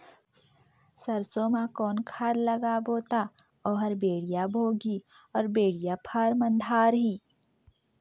सरसो मा कौन खाद लगाबो ता ओहार बेडिया भोगही अउ बेडिया फारम धारही?